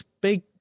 big